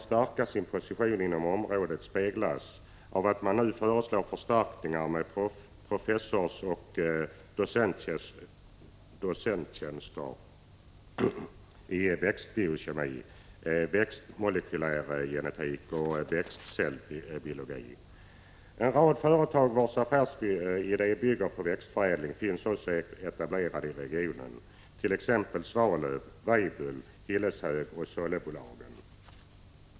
1985/86:155 ämnar stärka sin position inom området speglas av att man nu föreslår En rad företag vilkas affärsidé bygger på växtförädling finns också etablerade i regionen, t.ex. Svalöv AB, Weibulls, Hilleshög och Sollebolagen AB.